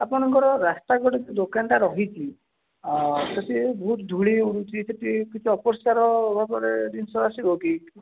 ଆପଣଙ୍କର ରାସ୍ତାକଡ଼ରେ ଦୋକାନଟା ରହିଛି ସେଇଠି ବହୁତ ଧୂଳି ଉଡ଼ୁଛି ସେଇଠି କିଛି ଅପରିଷ୍କାର ଭାବରେ ଜିନିଷ ଆସିବ କି